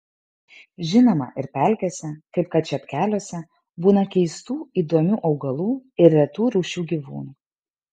žinoma ir pelkėse kaip kad čepkeliuose būna keistų įdomių augalų ir retų rūšių gyvūnų